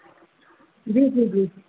जी जी जी